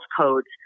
codes